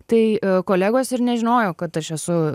tai kolegos ir nežinojo kad aš esu